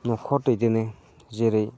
न'खर दैदेनो जेरै